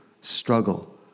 struggle